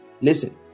listen